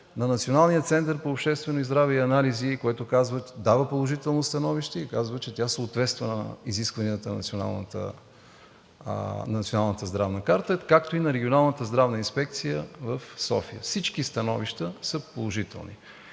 на Националния център по обществено здраве и анализи, който дава положително становище и казва, че тя съответства на изискванията на Националната здравна карта, както и на Регионалната здравна инспекция в София. Всички становища са положителни.